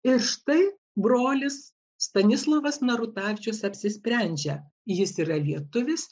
ir štai brolis stanislovas narutavičius apsisprendžia jis yra lietuvis